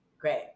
Great